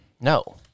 No